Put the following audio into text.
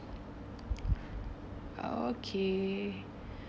okay